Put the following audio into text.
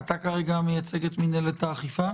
אתה כרגע מייצג את מינהלת האכיפה?